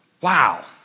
Wow